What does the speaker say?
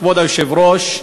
כבוד היושב-ראש,